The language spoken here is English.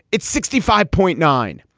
it's sixty five point nine.